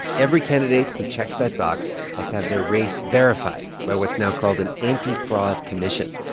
every candidate who checks that box has to have their race verified by what's now called an anti-fraud commission.